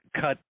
cut